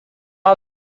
all